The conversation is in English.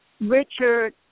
Richard